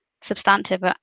substantive